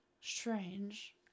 strange